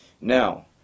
now